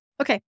Okay